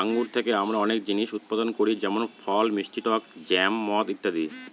আঙ্গুর থেকে আমরা অনেক জিনিস উৎপাদন করি যেমন ফল, মিষ্টি টক জ্যাম, মদ ইত্যাদি